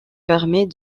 permet